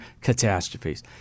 catastrophes